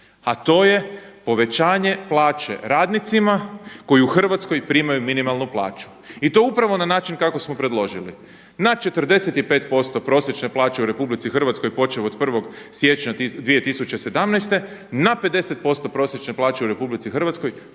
a to je povećanje plaće radnicima koji u Hrvatskoj primaju minimalnu plaću i to upravo na način kako smo predložili, na 45% prosječne plaće u RH počev od 1. siječnja 2017. na 50% prosječne plaće u RH počev od